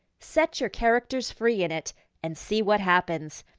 set your characters free in it and see what happens.